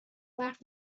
برف